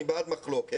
אני בעד מחלוקת.